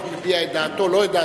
חבר הכנסת הורוביץ,